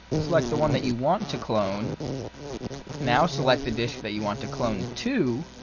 select the one that you want to clone now select the disk that you want to clone to.